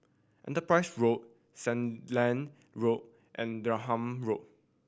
Enterprise Road Sandilands Road and Denham Road